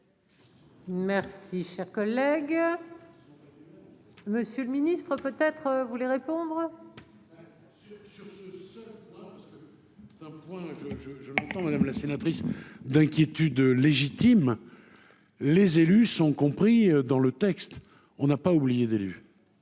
Merci, cher collègue. Monsieur le Ministre, peut être, vous voulez répondre. Sur ce seul point parce que c'est point je je. Attends madame la sénatrice d'inquiétude légitimes, les élus sont compris dans le texte, on n'a pas oublié d'élus